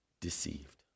deceived